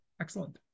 excellent